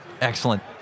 Excellent